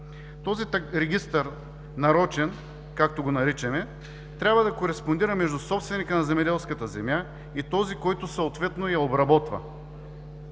регистър, както го наричаме, трябва да кореспондира между собственика на земеделската земя и този, който съответно я обработва.